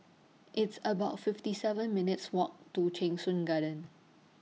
It's about fifty seven minutes' Walk to Cheng Soon Garden